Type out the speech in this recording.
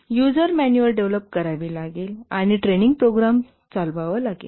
user manual develop करावी लागेल आणि ट्रेनिंग प्रोग्रॅम चालवावा लागेल